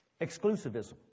exclusivism